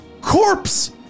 corpse